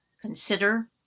consider